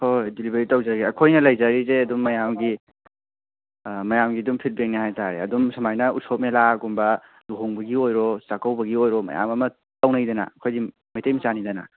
ꯍꯣꯏ ꯍꯣꯏ ꯗꯤꯂꯤꯕꯔꯤ ꯇꯧꯖꯔꯤ ꯑꯩꯈꯣꯏꯅ ꯂꯩꯖꯔꯤꯁꯦ ꯑꯗꯨꯝ ꯃꯌꯥꯝꯒꯤ ꯃꯌꯥꯝꯒꯤ ꯑꯗꯨꯝ ꯐꯤꯠꯕꯥꯛꯅꯦ ꯍꯥꯏ ꯇꯥꯔꯦ ꯑꯗꯨꯝ ꯁꯨꯃꯥꯏꯅ ꯎꯁꯣꯞ ꯃꯦꯂꯥꯒꯨꯝꯕ ꯂꯨꯍꯣꯡꯕꯒꯤ ꯑꯣꯏꯔꯣ ꯆꯥꯛꯀꯧꯕꯒꯤ ꯑꯣꯏꯔꯣ ꯃꯌꯥꯝ ꯑꯃ ꯇꯧꯅꯩꯗꯅ ꯑꯩꯈꯣꯏꯗꯤ ꯃꯩꯇꯩ ꯃꯆꯥꯅꯤꯗꯅ